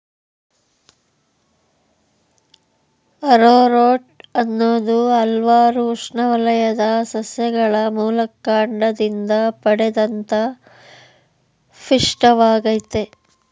arrowroot ಅನ್ನೋದು ಹಲ್ವಾರು ಉಷ್ಣವಲಯದ ಸಸ್ಯಗಳ ಮೂಲಕಾಂಡದಿಂದ ಪಡೆದಂತ ಪಿಷ್ಟವಾಗಯ್ತೆ